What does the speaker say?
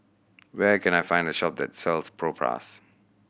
where can I find a shop that sells Propass